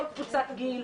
כל קבוצת גיל,